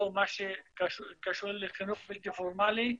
או מה שקשור לחינוך בלתי פורמלי.